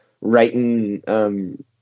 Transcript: writing